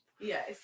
Yes